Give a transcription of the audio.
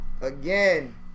again